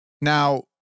now